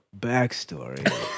backstory